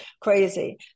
crazy